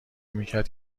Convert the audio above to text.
میکرد